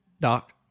Doc